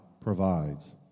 provides